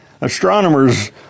Astronomers